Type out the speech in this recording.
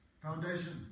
Foundation